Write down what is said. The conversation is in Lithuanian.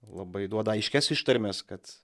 labai duoda aiškias ištarmes kad